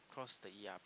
cross the e_r_p